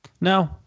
No